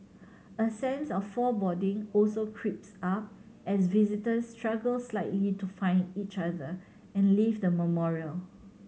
a sense of foreboding also creeps up as visitors struggle slightly to find each other and leave the memorial